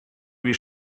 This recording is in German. wie